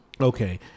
Okay